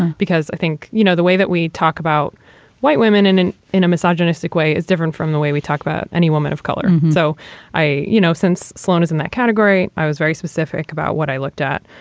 because i think, you know, the way that we talk about white women and in in a misogynistic way is different from the way we talk about any woman of color. so i you know, since sloan is in that category, i was very specific about what i looked at.